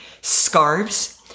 scarves